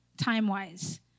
time-wise